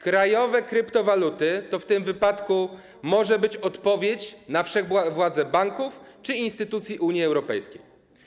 Krajowe kryptowaluty - w tym wypadku to może być odpowiedź na wszechwładzę banków czy instytucji Unii Europejskiej.